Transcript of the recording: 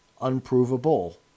unprovable